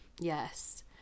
Yes